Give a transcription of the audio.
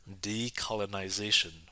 decolonization